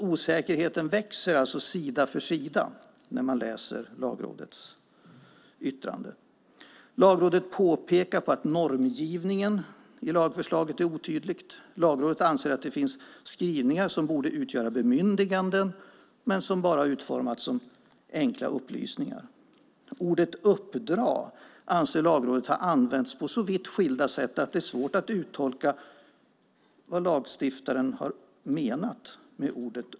Osäkerheten växer sida för sida när man läser Lagrådets yttrande. Lagrådet påpekar att normgivningen i lagförslaget är otydlig. Man anser att det finns skrivningar som borde utgöra bemyndiganden men som bara är utformade som enkla upplysningar. Ordet "uppdra" anser Lagrådet har använts på så vitt skilda sätt att det är svårt att uttolka vad lagstiftaren menar med det.